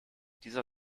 dieser